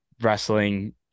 wrestling